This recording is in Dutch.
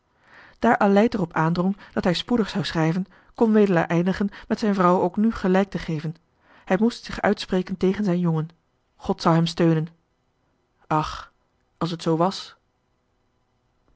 aleid er op aandrong dat hij spoedig zou schrijven kon wedelaar eindigen met zijn vrouw ook nu gelijk te geven hij moest zich uitspreken tegen zijn jongen god zou hem steunen ach als het zoo was